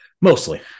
Mostly